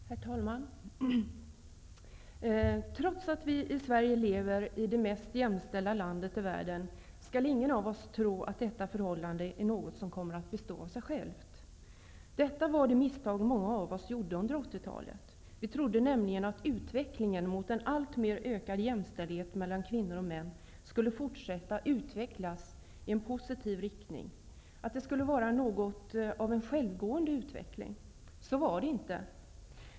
Herr talman! Trots att vi i Sverige lever i det mest jämställda landet i världen skall ingen av oss tro att detta förhållande är något som kommer att bestå av sig självt. Detta var det misstag många av oss gjorde under 80-talet. Vi trodde nämligen att utvecklingen mot en allt mer ökad jämställdhet mellan kvinnor och män skulle fortsätta i en positiv riktning, att det skulle vara något av en självgående utveckling. Så var det inte.